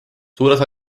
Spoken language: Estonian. suures